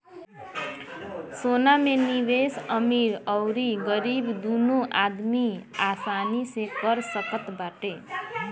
सोना में निवेश अमीर अउरी गरीब दूनो आदमी आसानी से कर सकत बाटे